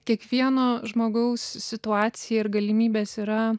kiekvieno žmogaus situacija ir galimybės yra